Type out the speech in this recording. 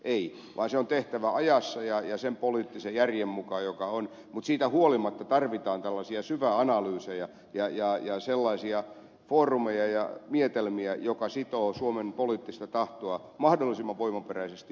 ei vaan se on tehtävä ajassa ja sen poliittisen järjen mukaan joka on mutta siitä huolimatta tarvitaan tällaisia syväanalyysejä ja sellaisia foorumeja ja mietelmiä jotka sitovat suomen poliittista tahtoa mahdollisimman voimaperäisesti yhteiselle perustalle